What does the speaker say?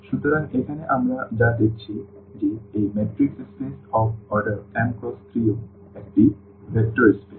সুতরাং এখানে আমরা যা দেখেছি যে এই matrix space of order m×n ও একটি ভেক্টর স্পেস